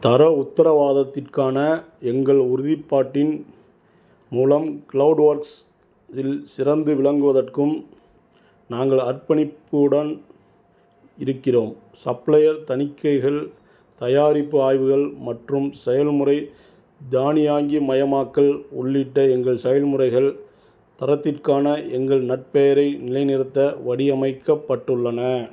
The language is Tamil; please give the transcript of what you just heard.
தர உத்தரவாதத்திற்கான எங்கள் உறுதிப்பாட்டின் மூலம் கிளவுட் ஒர்க்ஸ் இல் சிறந்து விளங்குவதற்கும் நாங்கள் அர்ப்பணிப்புடன் இருக்கிறோம் சப்ளையர் தணிக்கைகள் தயாரிப்பு ஆய்வுகள் மற்றும் செயல்முறை தானியங்கி மயமாக்கல் உள்ளிட்ட எங்கள் செயல்முறைகள் தரத்திற்கான எங்கள் நற்பெயரை நிலைநிறுத்த வடிவமைக்கப்பட்டுள்ளன